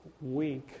week